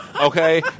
Okay